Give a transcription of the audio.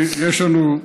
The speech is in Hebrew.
יש לנו,